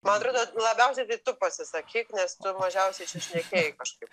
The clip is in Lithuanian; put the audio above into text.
man atrodo labiausiaitai tu pasisakyk nes mažiausiai čia šnekėjai kažkaip